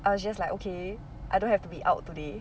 I was just like okay I don't have to be out today